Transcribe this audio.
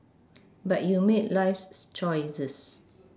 but you make life's choices